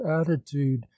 attitude